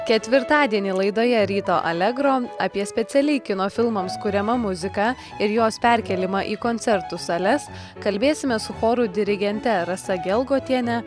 ketvirtadienį laidoje ryto allegro apie specialiai kino filmams kuriamą muziką ir jos perkėlimą į koncertų sales kalbėsimės su chorų dirigente rasa gelgotiene